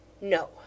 No